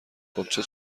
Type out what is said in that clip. خوبچه